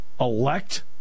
elect